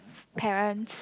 parents